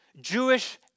Jewish